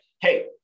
Hey